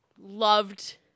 loved